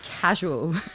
Casual